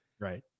Right